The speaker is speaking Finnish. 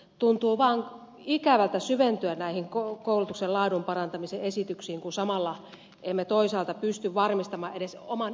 tuntuu vaan ikävältä syventyä näihin koulutuksen laadun parantamisen esityksiin kun samalla emme toisaalta pysty varmistamaan edes oman yliopistotutkimuksemme rahoitusta